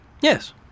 Yes